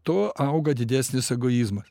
tuo auga didesnis egoizmas